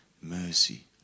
Mercy